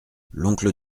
l’oncle